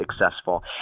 successful